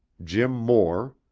jim moore,